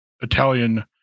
Italian